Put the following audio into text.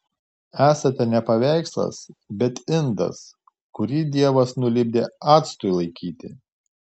esate ne paveikslas bet indas kurį dievas nulipdė actui laikyti